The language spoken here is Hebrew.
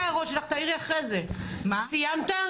לסיום.